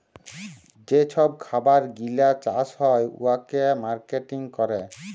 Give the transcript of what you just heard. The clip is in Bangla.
যে ছব খাবার গিলা চাষ হ্যয় উয়াকে মার্কেটিং ক্যরে